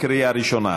לקריאה ראשונה.